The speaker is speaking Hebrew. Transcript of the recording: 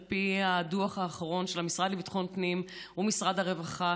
על פי הדוח האחרון של המשרד לביטחון פנים ומשרד הרווחה.